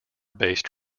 based